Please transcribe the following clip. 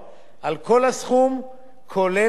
כולל הקרן וכולל הרווחים.